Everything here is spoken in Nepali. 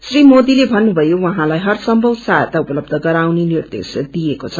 श्री मोदीले भन्नुथयो उहाँलाई हरसम्भव सहायता उपलब्ध गराउने निर्दो दिएको छ